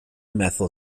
methyl